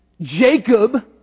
Jacob